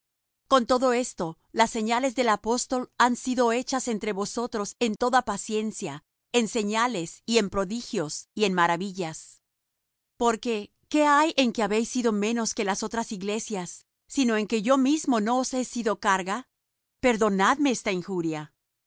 con todo esto las señales de apóstol han sido hechas entre vosotros en toda paciencia en señales y en prodigios y en maravillas porque qué hay en que habéis sido menos que las otras iglesias sino en que yo mismo no os he sido carga perdonadme esta injuria